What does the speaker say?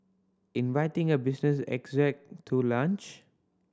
inviting a business exec to lunch